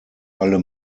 allem